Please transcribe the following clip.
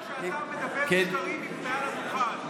אני לא אשתוק כשאתה מדבר שקרים מעל הדוכן.